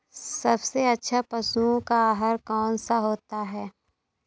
सबसे अच्छा पशुओं का आहार कौन सा होता है?